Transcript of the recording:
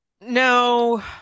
No